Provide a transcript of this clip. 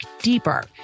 deeper